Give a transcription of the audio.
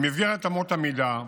במסגרת אמות המידה,